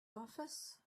office